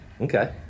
Okay